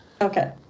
Okay